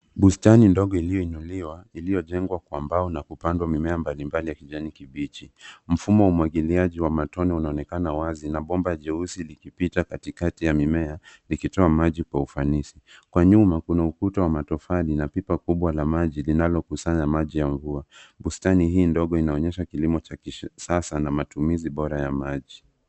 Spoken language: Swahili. Bustani ndogo iliyoinuliwa, iliyojengwa kwa mbao na kupandwa mimea mbalimbali ya kijani kibichi. Mfumo wa umwagiliaji wa matone unaonekana wazi na bomba jeusi likipita katikati ya mimea, likitoa maji kwa ufanisi. Kwa nyuma kuna ukuta wa matofali na pipa kubwa na maji linalokusanya maji ya mvua. Bustani hii ndogo inaonyesha kilimo cha kisasa na matumizi bora.